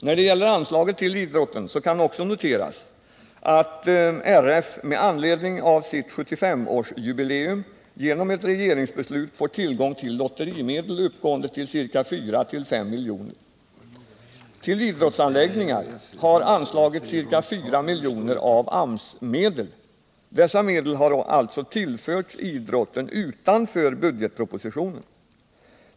När det gäller anslaget till idrotten kan också noteras, att RF med anledning av sitt 75-årsjubileum genom ett regeringsbeslut får tillgång till lotterimedel uppgående till ca 4-5 milj.kr. Till idrottsanläggningar har anslagits ca tre miljoner av AMS-medel. Dessa medel har alltså tillförts idrotten utanför budgetpropositionen.